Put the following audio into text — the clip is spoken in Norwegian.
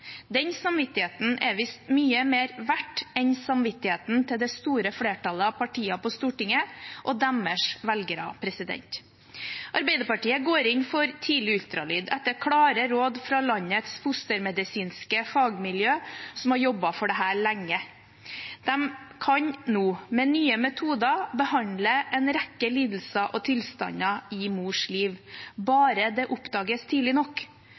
Den samvittigheten er visst mye mer verd enn samvittigheten til det store flertallet av partiene på Stortinget og deres velgere. Arbeiderpartiet går inn for tidlig ultralyd etter klare råd fra landets fostermedisinske fagmiljø, som har jobbet for dette lenge. De kan nå med nye metoder behandle en rekke lidelser og tilstander i mors liv bare det oppdages tidlig nok.